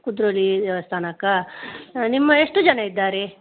ಕುದ್ರೋಳಿ ದೇವಸ್ಥಾನಕ್ಕಾ ನಿಮ್ಮ ಎಷ್ಟು ಜನ ಇದ್ದಾರೆ